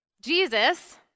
Jesus